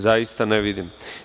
Zaista ne vidim.